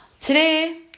today